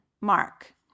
mark